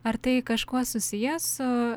ar tai kažkuo susiję su